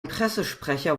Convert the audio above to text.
pressesprecher